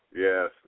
Yes